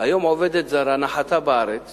היום עובדת זרה נחתה בארץ